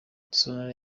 sentore